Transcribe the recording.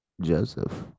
Joseph